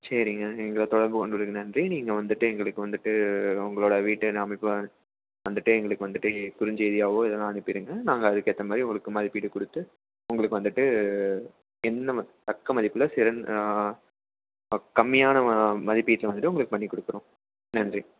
சரிங்க எங்களை தொடர்பு கொண்டதற்கு நன்றி நீங்கள் வந்துட்டு எங்களுக்கு வந்துட்டு உங்களோடய வீட்டின் அமைப்பை வந்துட்டு எங்களுக்கு வந்துட்டு குறிஞ்சி ஏரியாவோ எதனால் அனுப்பிடுங்க நாங்கள் அதுக்கேற்ற மாதிரி உங்களுக்கு மதிப்பீடு கொடுத்து உங்களுக்கு வந்துட்டு என்னம தக்க மதிப்பில் சிறந் கம்மியான மதிப்பீட்டில வந்துட்டு உங்களுக்கு பண்ணி கொடுக்கறோம் நன்றி